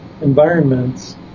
environments